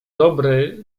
dobry